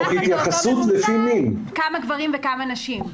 מתחת לאותו ממוצע, כמה גברים וכמה נשים.